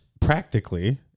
practically